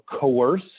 coerce